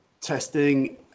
testing